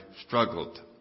struggled